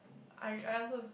I I answer